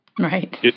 Right